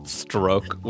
stroke